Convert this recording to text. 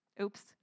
Oops